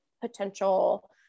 potential